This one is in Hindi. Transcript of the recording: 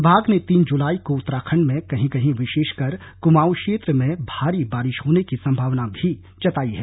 विभाग ने तीन जुलाई को उत्तराखण्ड में कहीं कहीं विशेषकर कुमाऊं क्षेत्र में भारी बारिश होने की संभावना भी जताई है